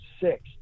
six